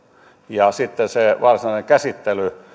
ja sitten se varsinainen käsittely